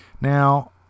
Now